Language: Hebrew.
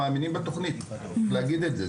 שאנחנו באמת מאמינים בתוכנית הזו וצריך להגיד את זה.